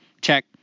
check